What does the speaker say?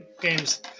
games